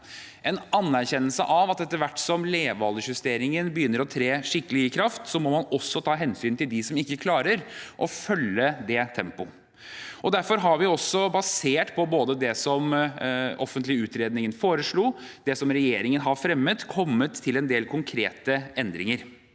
en anerkjennelse av at etter hvert som levealdersjusteringen begynner å tre skikkelig i kraft, må man også ta hensyn til dem som ikke klarer å følge det tempoet. Derfor har vi også, basert på både det som den offentlige utredningen foreslo og det regjeringen har fremmet, kommet til en del konkrete endringer.